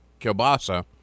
kielbasa